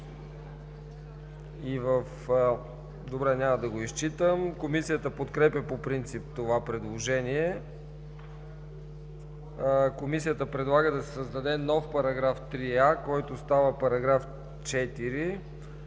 Комисията подкрепя по принцип това предложение. Комисията предлага да се създаде нов § 3а, който става § 4: „§ 4.